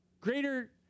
greater